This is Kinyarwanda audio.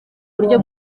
buryo